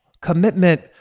commitment